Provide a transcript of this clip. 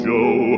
Joe